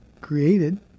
created